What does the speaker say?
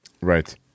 Right